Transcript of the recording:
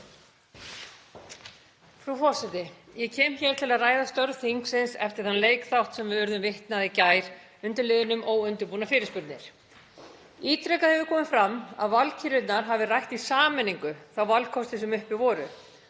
Frú forseti. Ég kem hér til að ræða störf þingsins eftir þann leikþátt sem við urðum vitni að í gær undir liðnum óundirbúnar fyrirspurnir. Ítrekað hefur komið fram að valkyrjurnar hafi rætt í sameiningu þá valkosti sem uppi voru